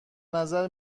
نظر